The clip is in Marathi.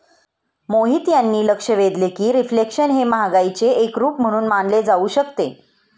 मोहित यांनी लक्ष वेधले की रिफ्लेशन हे महागाईचे एक रूप म्हणून मानले जाऊ शकते